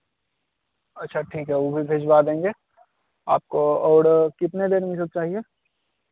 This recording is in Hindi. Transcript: अच्छा ठीक है वह भी भिजवा देंगे आपको और कितने दिन में सब चाहिए